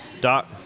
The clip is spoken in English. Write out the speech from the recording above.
doc